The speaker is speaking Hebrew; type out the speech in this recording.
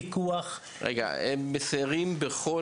הם מסיירים בכל